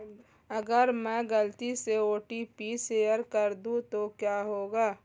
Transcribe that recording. अगर मैं गलती से ओ.टी.पी शेयर कर दूं तो क्या होगा?